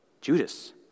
Judas